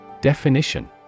Definition